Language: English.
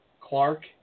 Clark